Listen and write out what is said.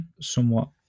somewhat